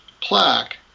plaque